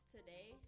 Today